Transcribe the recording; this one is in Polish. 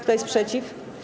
Kto jest przeciw?